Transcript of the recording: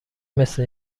مثل